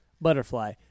Butterfly